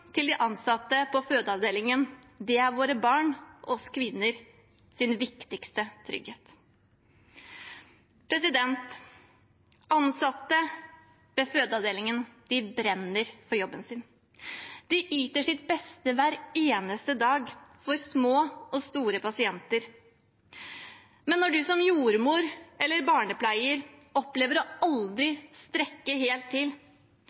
til de ansatte på fødeavdelingen er våre barns og vi kvinners viktigste trygghet. Ansatte ved fødeavdelingen brenner for jobben sin. De yter sitt beste hver eneste dag for små og store pasienter. Men når man som jordmor eller barnepleier opplever aldri å strekke helt til,